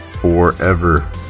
forever